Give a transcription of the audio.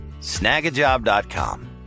Snagajob.com